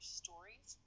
stories